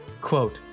Quote